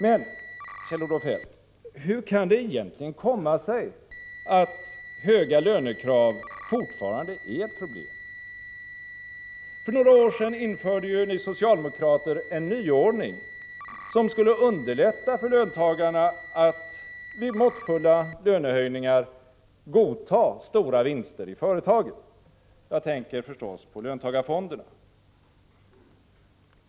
Men, Kjell-Olof Feldt, hur kan det egentligen komma sig att höga lönekrav fortfarande är ett problem? För några år sedan införde ju ni socialdemokrater en nyordning, som skulle underlätta för löntagarna att vid måttfulla lönehöjningar godta stora vinster i företagen. Jag tänker förstås på löntagarfonderna.